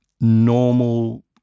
normal